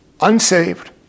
unsaved